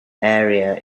area